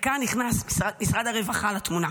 כאן נכנס משרד הרווחה לתמונה,